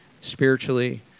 spiritually